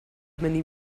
many